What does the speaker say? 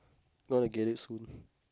gonna get it soon